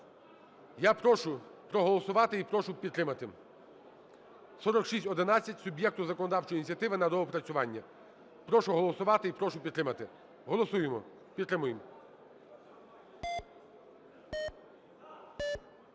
Я прошу проголосувати і прошу підтримати: 4611 суб'єкту законодавчої ініціативи на доопрацювання. Прошу голосувати і прошу підтримати. Голосуємо. Підтримуємо.